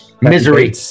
Misery